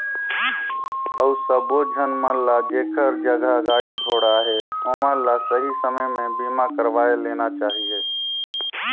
अउ सबो झन मन ल जेखर जघा गाड़ी घोड़ा अहे ओमन ल सही समे में बीमा करवाये लेना चाहिए